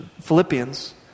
Philippians